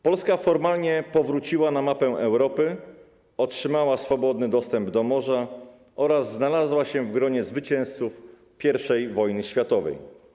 Polska formalnie powróciła na mapę Europy, otrzymała swobodny dostęp do morza oraz znalazła się w gronie zwycięzców I wojny światowej.